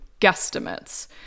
guesstimates